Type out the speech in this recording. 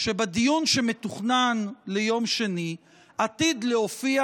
שבדיון שמתוכנן ליום שני עתיד להופיע